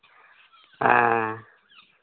ᱦᱮᱸ